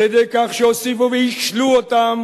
על-ידי כך שהוסיפו והשלו אותם